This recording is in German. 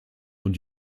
und